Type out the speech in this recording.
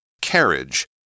Carriage